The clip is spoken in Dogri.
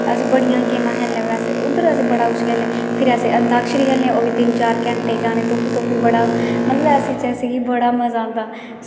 अस बड़ियां गेमां खेल्लनै उद्धर अस बड़ा किश खेल्लनै फिर अस अंताक्षरी खेल्लनै ओह्बी तीन चार घैंटे खेल्लनै भी ओह् तुप्पी तुप्पी गाने बड़ा मज़ा आंदा